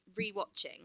rewatching